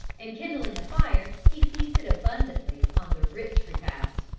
and kindling a fire he feasted abundantly upon the rich repast.